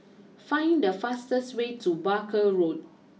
find the fastest way to Barker Road